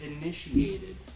initiated